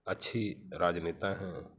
अच्छी राजनेता हैं